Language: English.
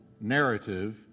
narrative